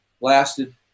lasted